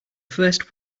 first